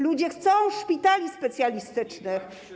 Ludzie chcą szpitali specjalistycznych.